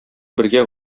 бергә